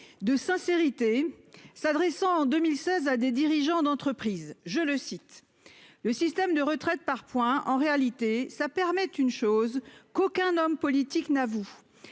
de sincérité. S'adressant en 2016 à des dirigeants d'entreprise, je le cite, le système de retraite par points. En réalité, ça permet une chose qu'aucun homme politique n'avoue